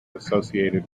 associated